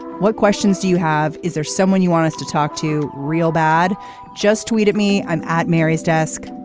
what questions do you have. is there someone you want us to talk to real bad just tweeted me i'm at mary's desk.